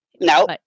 No